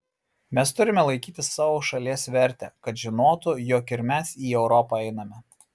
mes turime laikyti savo šalies vertę kad žinotų jog ir mes į europą einame